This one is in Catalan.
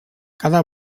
cada